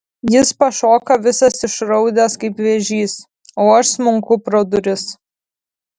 jis pašoka visas išraudęs kaip vėžys o aš smunku pro duris